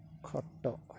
ଖଟ